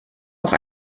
auch